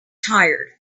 tired